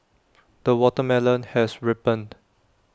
the watermelon has ripened